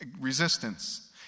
resistance